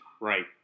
Right